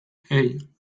hey